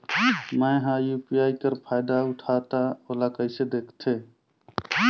मैं ह यू.पी.आई कर फायदा उठाहा ता ओला कइसे दखथे?